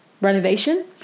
renovation